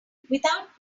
without